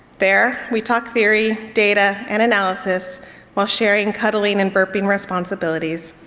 there, we talk theory, data and analysis while sharing cuddling and burping responsibilities.